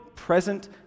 present